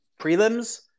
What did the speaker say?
prelims